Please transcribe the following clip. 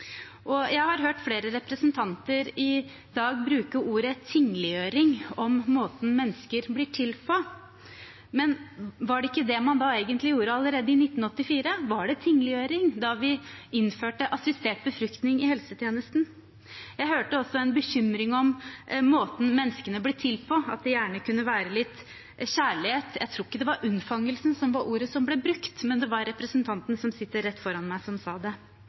Jeg har hørt flere representanter i dag bruke ordet «tingliggjøring» om måten mennesker blir til på. Men var det ikke det man egentlig gjorde allerede i 1984? Var det «tingliggjøring» da vi innførte assistert befruktning i helsetjenesten? Jeg hørte også en bekymring om måten menneskene ble til på, at det gjerne kunne være litt kjærlighet. Jeg tror ikke det var «unnfangelsen» som var ordet som ble brukt, men det var representanten som sitter rett foran meg, som sa det.